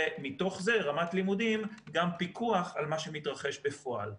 ומתוך זה גם פיקוח על מה שמתרחש בפועל.